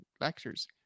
lectures